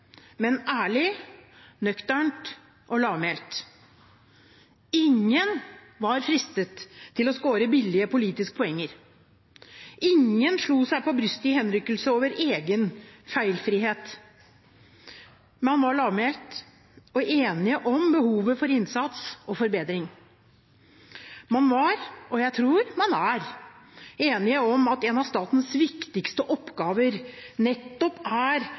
men ærlig, nøkternt og lavmælt. Ingen var fristet til å skåre billige politiske poenger. Ingen slo seg på brystet i henrykkelse over egen feilfrihet. Man var lavmælt og enig om behovet for innsats og forbedring. Man var, og jeg tror man er, enig om at en av statens viktigste oppgaver er nettopp å beskytte innbyggerne, som interpellanten innledet med. Derfor er